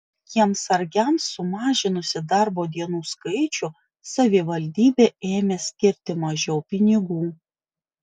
kiemsargiams sumažinusi darbo dienų skaičių savivaldybė ėmė skirti mažiau pinigų